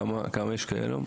כמה יש כאלה?